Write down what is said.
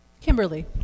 Kimberly